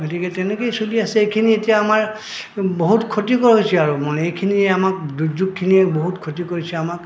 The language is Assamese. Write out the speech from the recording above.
গতিকে তেনেকেই চলি আছে এইখিনি এতিয়া আমাৰ বহুত ক্ষতিকৰ হৈছে আৰু মানে এইখিনিয়ে আমাক দুৰ্যোগখিনিয়ে বহুত ক্ষতি কৰিছে আমাক